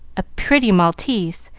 a pretty maltese,